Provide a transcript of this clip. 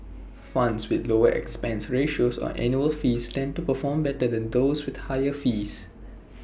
funds with lower expense ratios or annual fees tend to perform better than those with higher fees